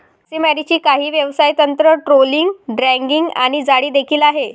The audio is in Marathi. मासेमारीची काही व्यवसाय तंत्र, ट्रोलिंग, ड्रॅगिंग आणि जाळी देखील आहे